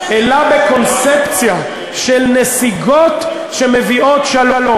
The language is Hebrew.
אלא בקונספציה של נסיגות שמביאות שלום.